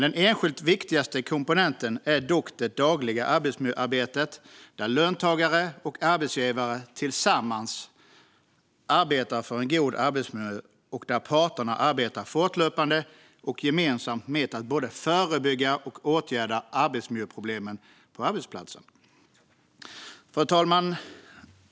Den enskilt viktigaste komponenten är dock det dagliga arbetsmiljöarbetet där löntagare och arbetsgivare tillsammans arbetar för en god arbetsmiljö och där parterna arbetar fortlöpande och gemensamt med att både förebygga och åtgärda arbetsmiljöproblem på arbetsplatsen. Fru talman!